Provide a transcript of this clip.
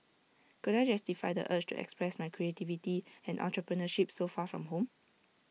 could I justify the urge to express my creativity and entrepreneurship so far from home